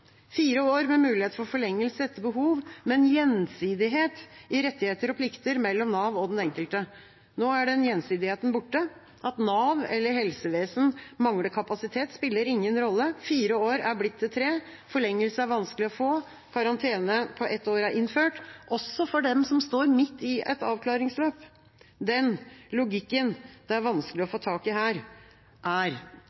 fire år med mulighet for forlengelse etter behov, med en gjensidighet i rettigheter og plikter mellom Nav og den enkelte. Nå er den gjensidigheten borte. At Nav eller helsevesen mangler kapasitet, spiller ingen rolle. Fire år er blitt til tre. Forlengelse er vanskelig å få, karantene på ett år er innført, også for dem som står midt i et avklaringsløp. Den logikken det er vanskelig å